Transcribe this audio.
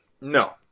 No